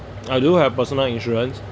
I do have personal insurance